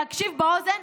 להקשיב באוזן,